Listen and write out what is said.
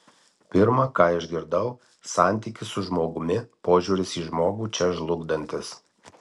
pirma ką išgirdau santykis su žmogumi požiūris į žmogų čia žlugdantis